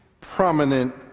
prominent